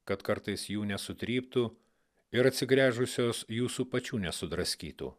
kad kartais jų nesutryptų ir atsigręžusios jūsų pačių nesudraskytų